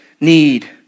need